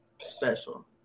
special